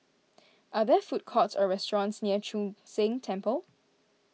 are there food courts or restaurants near Chu Sheng Temple